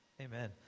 Amen